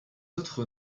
autres